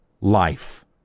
life